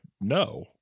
no